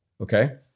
Okay